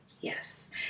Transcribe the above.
Yes